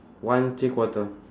one three quarter